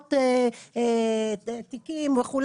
במאות תיקים וכו',